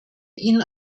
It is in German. ihn